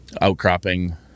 outcropping